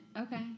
okay